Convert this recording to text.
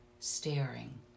staring